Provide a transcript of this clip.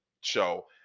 show